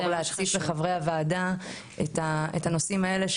להציף בפני חברי הוועדה את הנושאים האלה,